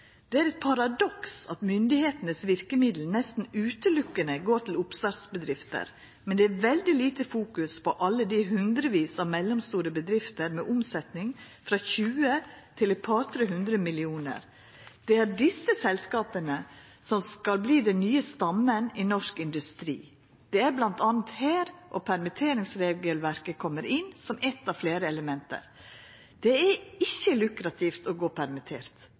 paradoks at myndighetenes virkemidler nesten utelukkende går til oppstartsbedrifter, mens det er veldig lite fokus på alle de hundrevis av mellomstore bedrifter med omsetning fra 20 til er par-tre hundre millioner kroner. Det er disse selskapene som skal bli den nye stammen i norsk industri.» Det er bl.a. her permitteringsregelverket kjem inn som eitt av fleire element. Det er ikkje lukrativt å gå permittert.